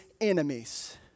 enemies